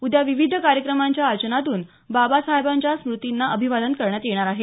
उद्या विविध कार्यक्रमांच्या आयोजनातून बाबासाहेबांच्या स्मूतींना अभिवादन करण्यात येणार आहे